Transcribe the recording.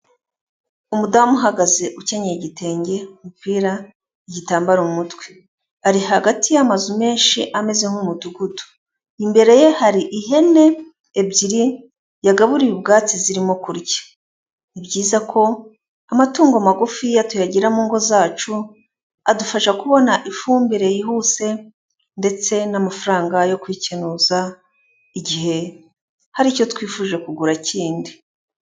Umudamu uhagaze ukenyeye igitenge, umupira, igitambaro mu mutwe, ari hagati y'amazu menshi ameze nk'umudugudu, imbere ye hari ihene ebyiri yagaburiye ubwatsi zirimo kurya, ni byiza ko amatungo magufiya tuyagira mu ngo zacu, adufasha kubona ifumbire yihuse ndetse n'amafaranga yo kwikenuza, igihe hari icyo twifuje kugura kindi.